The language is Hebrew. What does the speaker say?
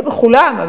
אולי בכולם,